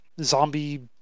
zombie